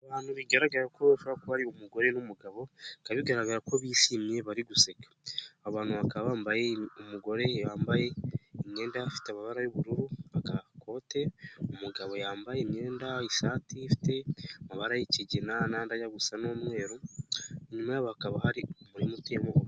Abantu bigaragara ko bavuga ko hari umugore n'umugabo, bikaba bigaragara ko bishimye bari guseka, abantu bakaba bambaye, umugore yambaye imyenda ifite amabara y'ubururu agakote, umugabo yambaye imyenda ishati ifite amabara y'ikigina, ajya gusa n'umweru, nyuma hakaba hari umurima utiwemo urutoki.